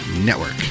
network